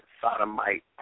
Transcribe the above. sodomite